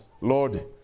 lord